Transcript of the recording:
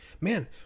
man